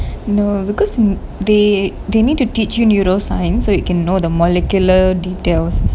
no because they they need to teach you neuroscience so it can know the molecular details